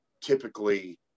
typically